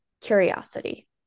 curiosity